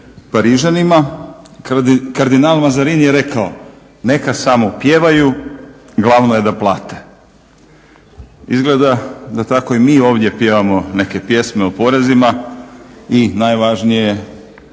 parižanima, kardinal Mazarin je rekao, "Neka samo pjevaju, glavno je da plate". Izgleda da tako i mi ovdje pjevamo neke pjesme o porezima i najvažnije i